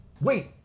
Wait